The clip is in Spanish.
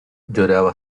lloraba